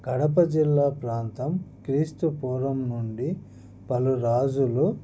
కడప జిల్లా ప్రాంతం క్రీస్తుపూర్వం నుండి పలు రాజులు